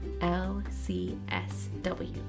L-C-S-W